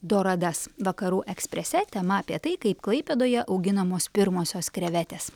doradas vakarų eksprese tema apie tai kaip klaipėdoje auginamos pirmosios krevetės